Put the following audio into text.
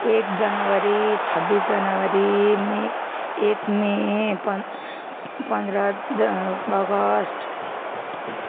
एक जनवरी छब्बिस जनवरी मे एक मे पन् पन्ध्र ज अगस्त